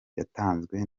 yatanzwe